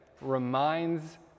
reminds